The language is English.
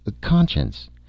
Conscience